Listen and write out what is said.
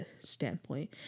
standpoint